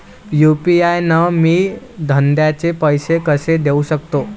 UPI न मी धंद्याचे पैसे कसे देऊ सकतो?